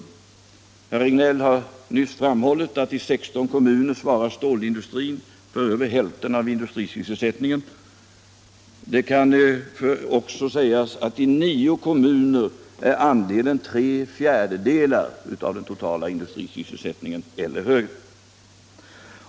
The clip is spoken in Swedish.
Herr Regnéll har nyss framhållit att i 16 kommuner svarar stålindustrin för över hälften av industrisysselsättningen. Det kan också sägas att i nio kommuner är andelen tre fjärdedelar av den totala industrisysselsättningen eller högre.